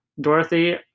Dorothy